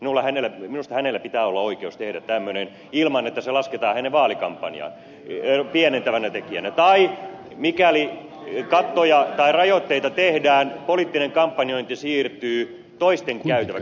minusta hänellä pitää olla oikeus tehdä tämmöinen ilman että se lasketaan hänen vaalikampanjaansa pienentävänä tekijänä tai mikäli kattoja tai rajoitteita tehdään poliittinen kampanjointi siirtyy toisten käytäväksi